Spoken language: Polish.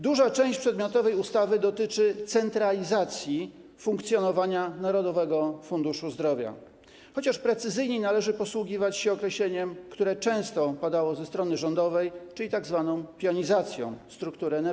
Duża część przedmiotowej ustawy dotyczy centralizacji funkcjonowania Narodowego Funduszu Zdrowia, chociaż precyzyjniej należy posługiwać się określeniem, które często padało ze strony rządowej, czyli tzw. pionizacji struktury NFZ.